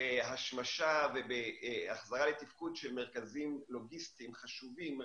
בהשמשה ובהחזרה לתפקוד של מרכזים לוגיסטיים חשובים מרכזיים.